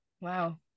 Wow